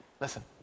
Listen